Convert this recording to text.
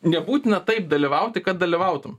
nebūtina taip dalyvauti kad dalyvautum